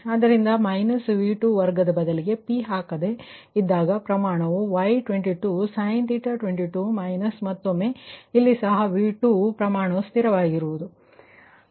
ಆದ್ದರಿಂದ minus V2 ವರ್ಗದ ಬದಲಿಗೆ p ಹಾಕದೆ ಇದ್ದಾಗ ಪ್ರಮಾಣವು Y22sin𝛳22 ಮೈನಸ್ ಮತ್ತೊಮ್ಮೆ ಇಲ್ಲಿ ಸಹ V2 ರ ಪ್ರಮಾಣವು ಸ್ಥಿರವಾಗಿ ಉಳಿಯುತ್ತದೆ